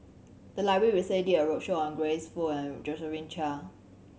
the library recently did a roadshow on Grace Fu and Josephine Chia